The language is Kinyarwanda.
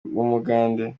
w’umugande